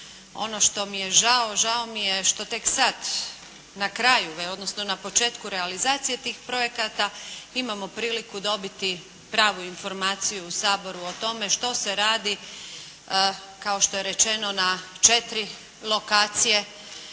Ono što mi je žao, žao mi je što tek sada na kraju, odnosno na početku realizacije tih projekata imamo priliku dobiti pravu informaciju u Saboru o tome što se radi kao što je rečeno na četiri lokacije